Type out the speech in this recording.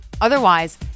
Otherwise